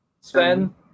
Sven